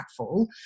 impactful